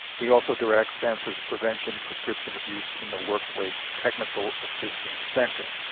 he also directs samhsa's prevention prescription abuse in the workplace technical assistance center.